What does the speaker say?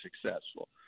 successful